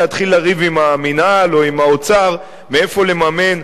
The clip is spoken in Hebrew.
להתחיל לריב עם המינהל או עם האוצר מאיפה לממן,